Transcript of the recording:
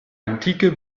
antike